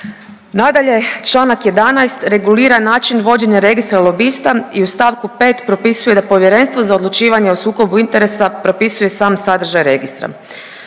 Nadalje, Članak 11. regulira način vođenja registra lobista i u stavku 5. propisuje da Povjerenstvo za odlučivanje o sukobu interesa propisuje sam sadržaj registra.